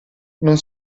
non